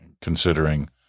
considering